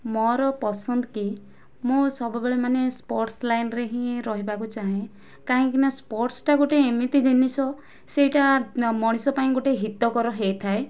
ମୋର ପସନ୍ଦ କି ମୁଁ ସବୁବେଳେ ମାନେ ସ୍ପୋର୍ଟସ୍ ଲାଇନ୍ ରେ ହିଁ ରହିବାକୁ ଚାହେଁ କାହିଁକିନା ସ୍ପୋର୍ଟସ୍ଟା ଗୋଟିଏ ଏମିତି ଜିନିଷ ସେଇଟା ମଣିଷ ପାଇଁ ଗୋଟିଏ ହିତ କର ହୋଇଥାଏ